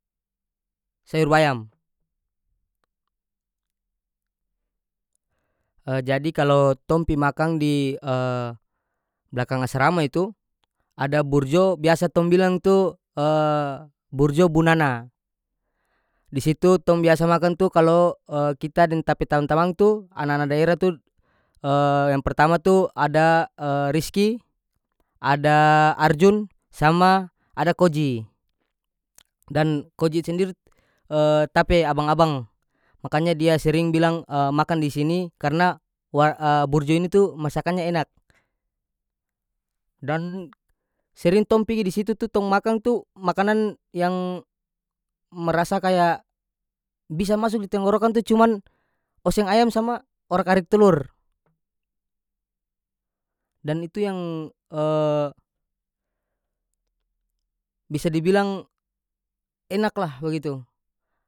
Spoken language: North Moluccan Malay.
Sayur bayam jadi kalo tong pi makang di blakang asrama itu ada burjo biasa tong bilang tu burjo bunana di situ tong biasa makang tu kalo kita deng ta pe tamang-tamang tu ana-ana daerah tu yang pertama tu ada riski ada arjun sama ada koji dan koji sendirit ta pe abang-abang makanya dia sering bilang makan di sini karena wa burjo ini tu masakannya enak dan sering tong pigi di situ tu tong makang tu makanan yang mrasa kaya bisa masuk di tenggorokan tu cuman oseng ayam sama orag-arig telur dan itu yang bisa dibilang enak lah bagitu.